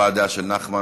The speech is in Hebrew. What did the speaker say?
הבעת דעה של נחמן.